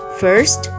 first